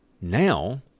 now